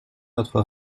notre